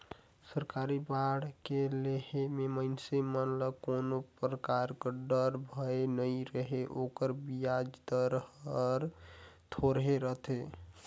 सरकारी बांड के लेहे मे मइनसे मन ल कोनो परकार डर, भय नइ रहें ओकर बियाज दर हर थोरहे रथे